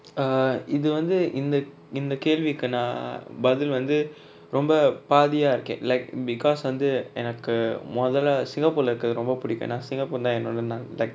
err இதுவந்து இந்த இந்த கேள்விக்கு நா பதில் வந்து ரொம்ப பாதியா இருக்க:ithuvanthu intha intha kelviku na pathil vanthu romba paathiya irukka like because வந்து எனக்கு மொதல்ல:vanthu enaku mothalla singapore lah இருக்குரது ரொம்ப புடிக்கு ஏனா:irukurathu romba pudiku yena singapore தா என்னோட:tha ennoda na~ like